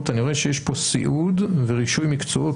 אני רואה שיש פה סיעוד ורישוי מקצועות,